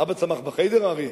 אבא צמח ב"חדר", אריה?